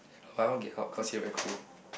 but I won't get hot cause here very cold